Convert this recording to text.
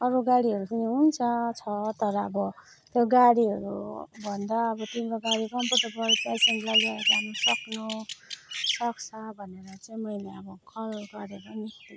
अरू गाडीहरू पनि हुन्छ छ तर अब यो गाडीहरू भन्दा अब तिम्रो गाडी कम्फर्टेबल पेसेन्टलाई लिएर जानु सक्नु सक्छ भनेर चाहिँ मैले अब कल गरेको नि